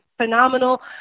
phenomenal